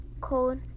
cold